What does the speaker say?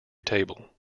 table